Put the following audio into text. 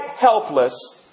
helpless